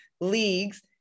leagues